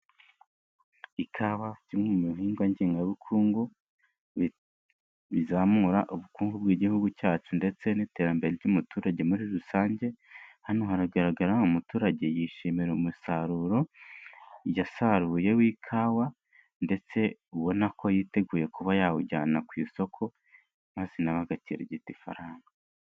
Ikawa kimwe mu bihingwa ngengabukungu bizamura ubukungu bw'igihugu cyacu ndetse n'iterambere ry'umuturage muri rusange, hano haragaragara umuturage yishimira umusaruro yasaruye w'ikawa ndetse ubona ko yiteguye kuba yawujyana ku isoko, maze na we agakirigita ifaranga.